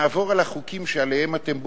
ונעבור על החוקים שעליהם אתם בוכים.